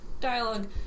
dialogue